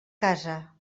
casa